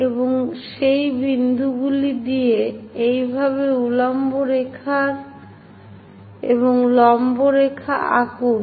এবং সেই বিন্দুগুলি থেকে এইভাবে উল্লম্ব রেখা এবং লম্ব রেখা আঁকুন